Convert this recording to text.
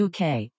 UK